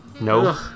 No